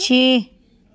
ਛੇ